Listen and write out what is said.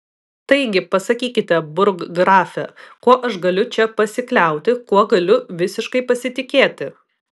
taigi pasakykite burggrafe kuo aš galiu čia pasikliauti kuo galiu visiškai pasitikėti